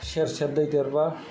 सेर सेर दै देरबा